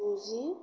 गुजि